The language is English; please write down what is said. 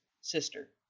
sister